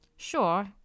Sure